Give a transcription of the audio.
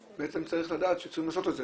בעצם צריך לדעת שצריך לעשות את זה,